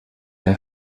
der